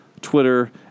Twitter